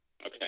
Okay